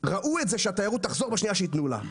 ראו את זה שהתיירות תחזור בשנייה שיתנו לה.